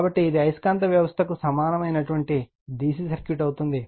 కాబట్టి ఇది అయస్కాంత వ్యవస్థకు సమానమైన DC సర్క్యూట్ అవుతుంది